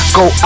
go